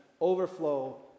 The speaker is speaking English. overflow